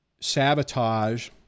sabotage